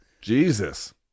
Jesus